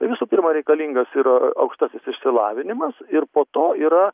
visų pirma reikalingas ir aukštasis išsilavinimas ir po to yra